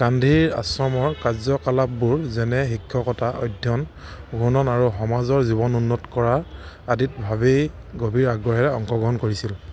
গান্ধীৰ আশ্ৰমৰ কাৰ্যকলাপবোৰ যেনে শিক্ষকতা অধ্যয়ন ঘূৰ্ণন আৰু সমাজৰ জীৱন উন্নত কৰা আদিত ভাৱেই গভীৰ আগ্ৰহেৰে অংশগ্ৰহণ কৰিছিল